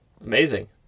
Amazing